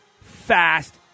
fast